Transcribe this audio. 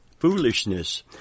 Foolishness